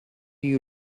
you